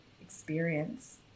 experience